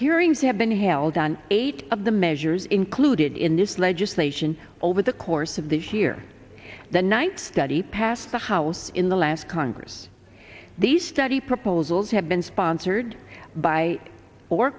hearings have been held on eight of the measures included in this legislation over the course of this year than one study passed the house in the last congress these study proposals have been sponsored by or